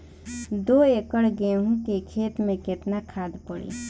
दो एकड़ गेहूँ के खेत मे केतना खाद पड़ी?